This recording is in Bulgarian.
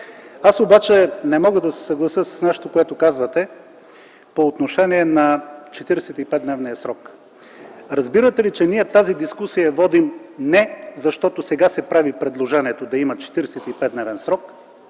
Аз обаче не мога да се съглася с нещо, което казвате по отношение на 45-дневния срок. Разбирате ли, че ние тази дискусия я водим не защото сега се прави предложението да има 45-дневен срок,